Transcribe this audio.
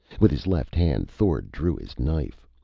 with his left hand, thord drew his knife.